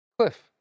Cliff